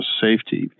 Safety